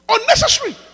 Unnecessary